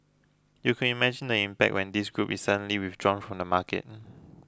you could imagine the impact when this group is suddenly withdrawn from the market